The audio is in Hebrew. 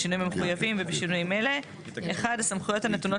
בשינויים המחויבים ובשינויים אלה: הסמכויות הנתונות